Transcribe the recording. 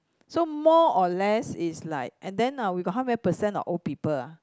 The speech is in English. so more or less it's like and then uh we got how many percent of old people ah